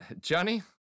Johnny